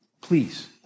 Please